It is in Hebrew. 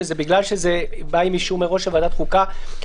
בגלל שזה בא עם אישור מראש לוועדת החוקה,